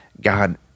God